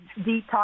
detox